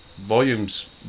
volumes